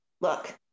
look